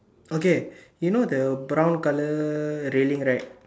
okay you know the brown color railing right